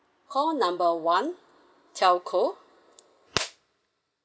call number one telco